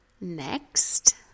next